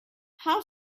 how